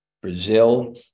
Brazil